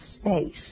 space